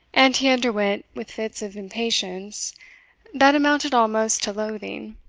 and he underwent, with fits of impatience that amounted almost to loathing,